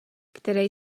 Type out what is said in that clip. které